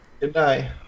Goodbye